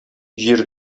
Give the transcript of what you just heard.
җир